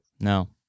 No